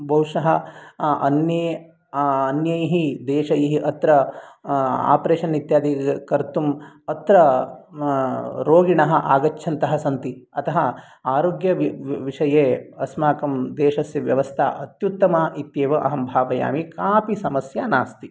बहुशः अन्ये अन्यैः देशैः अत्र आप्रेशन् इत्यादि कर्तुम् अत्र रोगिणः आगच्छन्तः सन्ति अतः आरोग्य विषये अस्माकं देशस्य व्यवस्था अत्युत्तमा इत्येव अहं भावयामि कापि समस्या नास्ति